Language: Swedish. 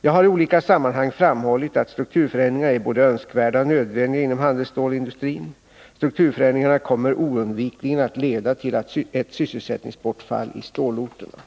Jag har i olika sammanhang framhållit att strukturförändringar är både önskvärda och nödvändiga inom handelsstålsindustrin. Strukturförändringarna kommer oundvikligen att leda till ett sysselsättningsbortfall i stålorterna.